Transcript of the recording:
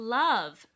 love